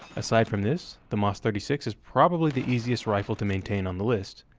aside from this, the mas thirty six is probably the easiest rifle to maintain on the list,